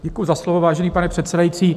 Děkuji za slovo, vážený pane předsedající.